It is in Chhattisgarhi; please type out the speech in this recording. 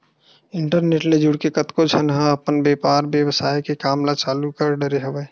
इंटरनेट ले जुड़के कतको झन मन ह अपन बेपार बेवसाय के काम ल चालु कर डरे हवय